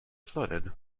flooded